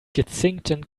gezinkten